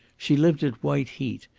she lived at white heat,